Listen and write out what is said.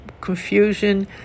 confusion